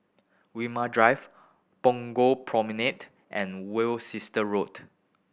Walmer Drive Punggol Promenade and Worcester Road